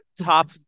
top